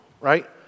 right